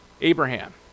Abraham